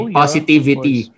positivity